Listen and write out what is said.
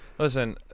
Listen